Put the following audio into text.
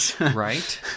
Right